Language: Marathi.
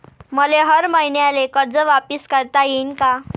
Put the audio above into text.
मले हर मईन्याले कर्ज वापिस करता येईन का?